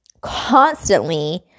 constantly